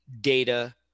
data